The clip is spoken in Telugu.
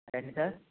రండి సార్